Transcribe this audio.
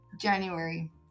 January